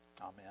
Amen